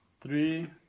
Three